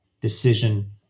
decision